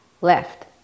left